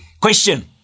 Question